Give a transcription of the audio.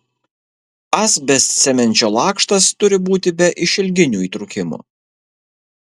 asbestcemenčio lakštas turi būti be išilginių įtrūkimų